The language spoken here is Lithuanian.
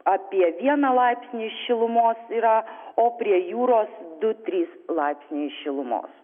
apie vieną laipsnį šilumos yra o prie jūros du trys laipsniai šilumos